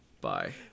Bye